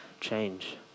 change